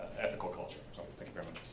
ethical culture. so and thank you very much.